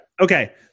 Okay